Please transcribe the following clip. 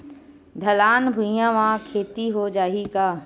ढलान भुइयां म खेती हो जाही का?